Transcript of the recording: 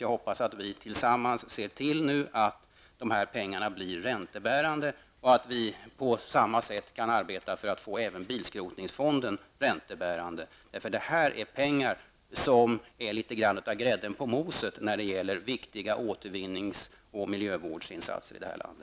Jag hoppas att vi tillsammans skall kunna se till att de här pengarna blir räntebärande och att vi på samma sätt skall kunna arbeta för att få även bilskrotningsfondens pengar räntebärande. De här pengarna är litet grand av grädden på moset när det gäller viktiga återvinnings och miljövårdsinsatser i det här landet.